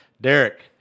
Derek